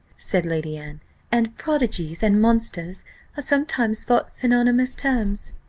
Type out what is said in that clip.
said lady anne and prodigies and monsters are sometimes thought synonymous terms.